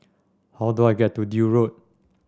how do I get to Deal Road